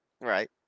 Right